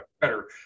better